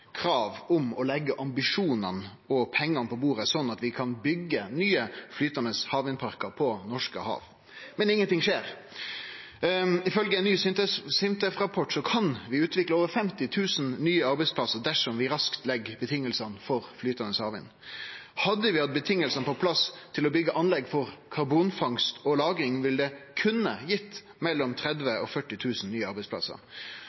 krav om å leggje ambisjonane og pengane på bordet, slik at vi kan byggje nye flytande havvindparkar på norske hav. Men ingenting skjer. Ifølgje ein ny SINTEF-rapport kan vi utvikle over 50 000 nye arbeidsplassar dersom vi raskt legg vilkåra for flytande havvind. Hadde vi hatt vilkåra på plass til å byggje anlegg for karbonfangst og -lagring, ville det kunne gitt mellom 30 000 og 40 000 nye arbeidsplassar.